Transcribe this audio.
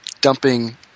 dumping